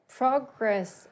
progress